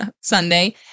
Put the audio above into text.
Sunday